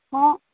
ହଁ